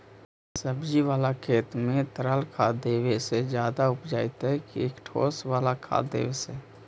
सब्जी बाला खेत में तरल खाद देवे से ज्यादा उपजतै कि ठोस वाला खाद देवे से?